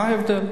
מה ההבדל?